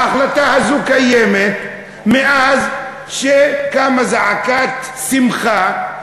ההחלטה הזאת קיימת מאז שקמה זעקת שמחה,